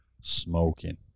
smoking